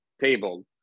table